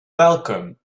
welcome